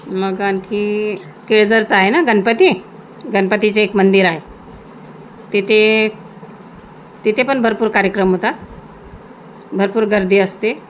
मग आणखी केळझरचा आहे ना गणपती गणपतीचं एक मंदिर आहे तिथे तिथे पण भरपूर कार्यक्रम होता भरपूर गर्दी असते